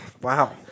wow